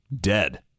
Dead